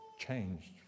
changed